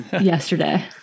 yesterday